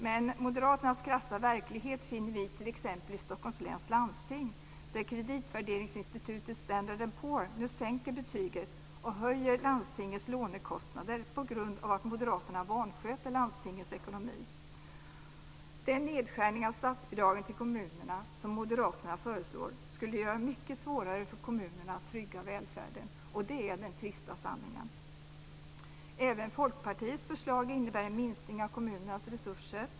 Men moderaternas krassa verklighet finner vi t.ex. i Stockholms läns lansting, där kreditvärderingsinstitutet Standard and Poor nu sänker betyget och höjer landstingets lånekostnader på grund av att Moderaterna vansköter landstingets ekonomi. Den nedskärning av statsbidragen till kommunerna som Moderaterna föreslår skulle göra det mycket svårare för kommunerna att trygga välfärden - det är den trista sanningen. Även Folkpartiets förslag innebär en minskning av kommunernas resurser.